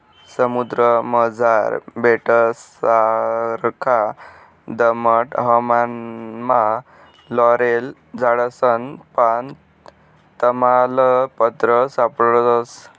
समुद्रमझार बेटससारखा दमट हवामानमा लॉरेल झाडसनं पान, तमालपत्र सापडस